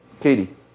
Katie